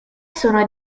sono